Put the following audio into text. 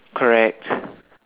correct